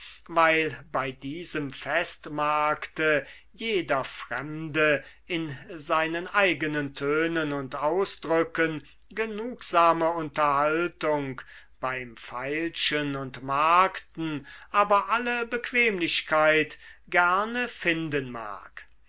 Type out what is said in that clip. weil bei diesem festmarkte jeder fremde in seinen eigenen tönen und ausdrücken genugsame unterhaltung beim feilschen und markten aber alle bequemlichkeit gerne finden mag